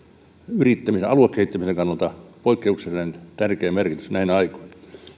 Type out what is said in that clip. yrittämisen aluekehittymisen kannalta poikkeuksellisen tärkeä merkitys näinä aikoina